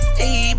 hey